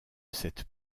cette